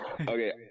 Okay